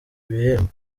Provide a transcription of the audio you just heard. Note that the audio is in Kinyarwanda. ibihembo